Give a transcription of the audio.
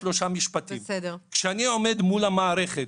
כשאני עומד מול המערכת,